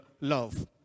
love